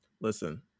Listen